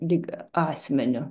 lyg asmeniu